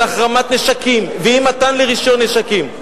של החרמת נשקים ואי-מתן רשיון נשקים.